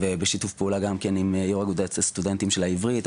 ובשיתוף פעולה גם כן עם יושב ראש אגודת הסטודנטים של העברית.